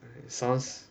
sounds